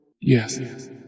Yes